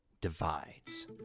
Divides